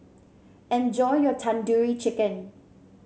enjoy your Tandoori Chicken